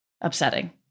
upsetting